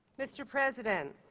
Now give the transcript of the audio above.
mr. president,